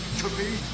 to be